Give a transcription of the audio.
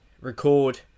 record